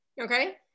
Okay